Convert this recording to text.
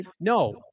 No